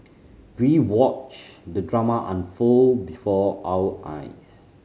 we watched the drama unfold before our eyes